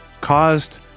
caused –